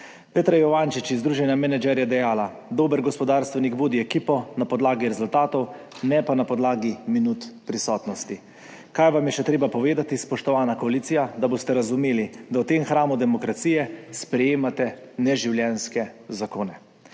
Petra Ivančič iz združenja Manager je dejala: "Dober gospodarstvenik vodi ekipo na podlagi rezultatov ne pa na podlagi minut prisotnosti". Kaj vam je še treba povedati, spoštovana koalicija, da boste razumeli, da v tem hramu demokracije sprejemate neživljenjske zakone?